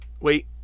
wait